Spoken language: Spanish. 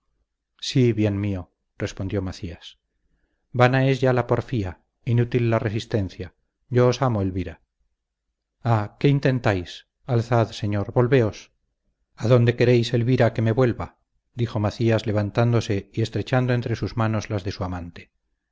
sí bien mío respondió macías vana es ya la porfía inútil la resistencia yo os amo elvira ah qué intentáis alzad señor volveos adónde queréis elvira que me vuelva dijo macías levantándose y estrechando entre sus manos las de su amante